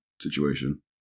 situation